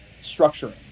structuring